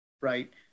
Right